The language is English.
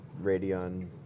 Radeon